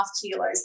kilos